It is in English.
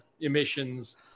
emissions